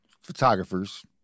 photographers